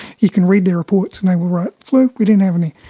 you can read their reports and they will write flu, we didn't have any'.